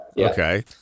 Okay